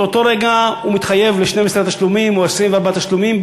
באותו רגע הוא מתחייב ל-12 תשלומים או 24 תשלומים,